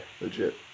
Legit